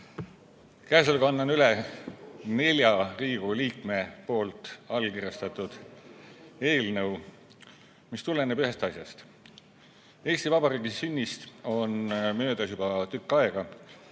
kolleegid! Annan üle nelja Riigikogu liikme allkirjastatud eelnõu, mis tuleneb ühest asjast. Eesti Vabariigi sünnist on möödas juba tükk aega